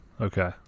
Okay